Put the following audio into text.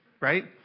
right